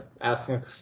asking